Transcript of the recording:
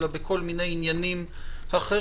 אלא בכל מיני עניינים אחרים,